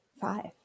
five